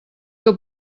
que